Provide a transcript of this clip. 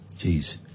Jeez